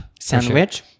sandwich